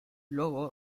luego